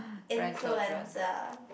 influenza